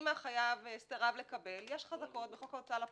אם החייב סירב לקבל יש חזקות בחוק ההוצאה לפועל,